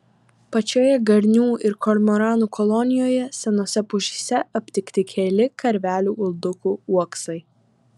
pačioje garnių ir kormoranų kolonijoje senose pušyse aptikti keli karvelių uldukų uoksai